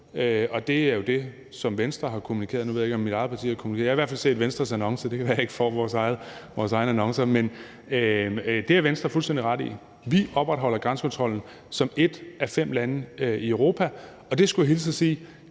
Det er jo det, som Venstre har kommunikeret. Nu ved jeg ikke, om mit eget parti har kommunikeret noget, men jeg har i hvert fald set Venstres annonce – det kan være, at jeg ikke får vores egne annoncer. Men det har Venstre fuldstændig ret i. Vi opretholder grænsekontrollen som et af fem lande i Europa, og det er da ikke noget,